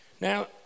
Now